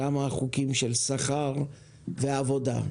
שם החוקים של שכר ועבודה.